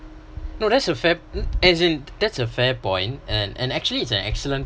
not that's a fair as in that's a fair point and and actually is an excellent